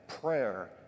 prayer